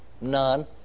None